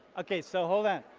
okay, so hold on,